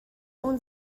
اون